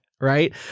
right